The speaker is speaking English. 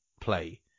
play